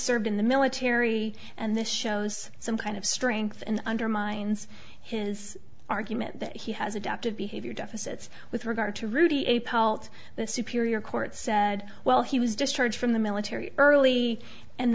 served in the military and this shows some kind of strength and undermines his argument that he has adaptive behavior deficit's with regard to rudy a pal to the superior court said well he was discharged from the military early and